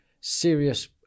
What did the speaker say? serious